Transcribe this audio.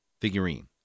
figurine